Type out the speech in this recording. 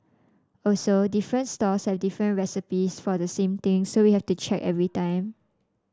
also different stalls have different recipes for the same thing so we have to check every time